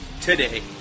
today